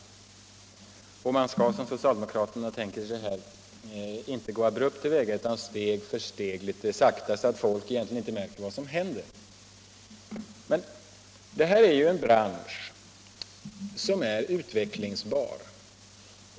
Såsom socialdemokraterna tänker sig det hela skall man inte gå abrupt till väga, utan förändringarna skall ske steg för steg, litet sakta, så att folk inte märker vad som händer. Men det här är ju en utvecklingsbar bransch.